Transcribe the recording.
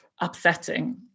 upsetting